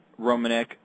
Romanek